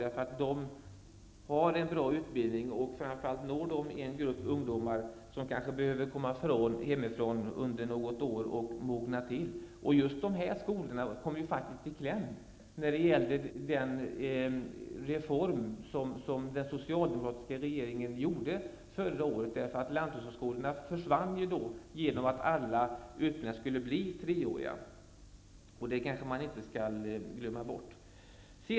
De har en bra utbildning och når framför allt en grupp ungdomar som kanske behöver komma hemifrån under något år och mogna. Just de här skolorna kommer faktiskt i kläm i den reform som den socialdemokratiska regeringen genomförde förra året. Lanthushållsskolorna försvann eftersom alla utbildningar skulle vara treåriga. Det kanske man inte skall glömma bort.